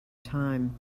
time